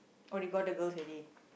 oh they got the girls already